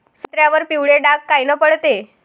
संत्र्यावर पिवळे डाग कायनं पडते?